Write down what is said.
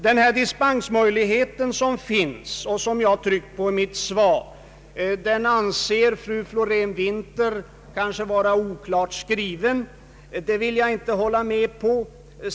Den dispensmöjlighet som finns, och som jag berört i mitt svar, anser fru Florén-Winther vara oklart formulerad. Det vill jag inte hålla med om.